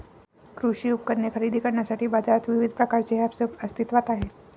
कृषी उपकरणे खरेदी करण्यासाठी बाजारात विविध प्रकारचे ऐप्स अस्तित्त्वात आहेत